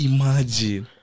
Imagine